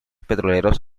petroleros